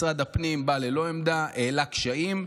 משרד הפנים בא ללא עמדה, העלה קשיים.